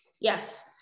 Yes